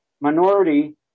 minority